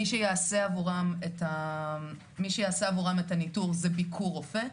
מי שיעשה עבורם את הניטור זה ביקור רופא,